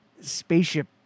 spaceship